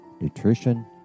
nutrition